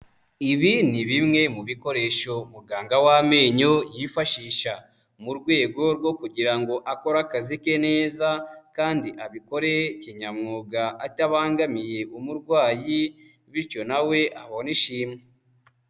Ibi ni bimwe mu bikoresho muganga w'amenyo yifashisha mu rwego rwo kugira ngo akore akazi ke neza, kandi abikore kinyamwuga atabangamiye umurwayi bityo na we abone ishimwe.